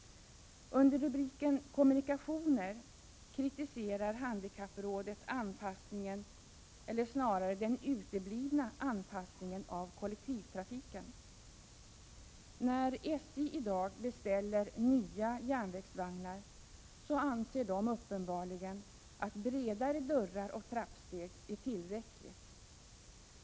Under rubriken Kommunikationer kritiserar handikapprådet anpassningen eller snarare den uteblivna anpassningen av kollektivtrafiken. När SJ idag beställer nya järnvägsvagnar, anses det uppenbarligen att bredare dörrar och trappsteg är tillräckligt.